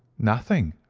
nothing.